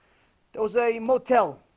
doze a motel